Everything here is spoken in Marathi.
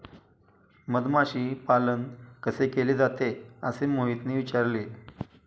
मधमाशी पालन कसे केले जाते? असे मोहितने विचारले